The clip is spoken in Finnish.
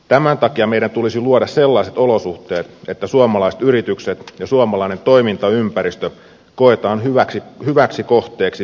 tämän takia meidän tulisi luoda sellaiset olosuhteet että suomalaiset yritykset ja suomalainen toimintaympäristö koetaan hyväksi kohteeksi pääomasijoittamiselle